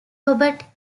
robert